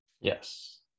yes